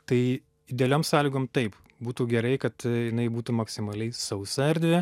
tai idealiom sąlygom taip būtų gerai kad jinai būtų maksimaliai sausa erdvė